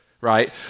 right